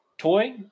toy